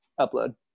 upload